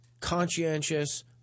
conscientious